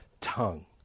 tongue